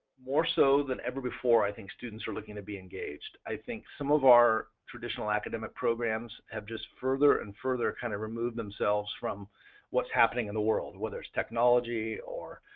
more so than ever before i think students are looking at being engaged. i think some of our traditional academic programs have just further and further kind of removed themselves from what's happening in the world, whether it's technology or